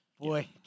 Boy